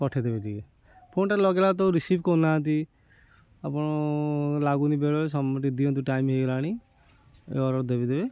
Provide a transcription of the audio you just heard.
ପଠାଇଦେବେ ଟିକେ ଫୋନ୍ଟା ଲଗାଇଲା ତ ରିସିଭ୍ କରୁନାହାନ୍ତି ଆପଣ ଲାଗୁନି ବେଳେ ଦିଅନ୍ତୁ ଟାଇମ୍ ହେଇଗଲାଣି ଅର୍ଡ଼ର୍ ଦେବିଦେବେ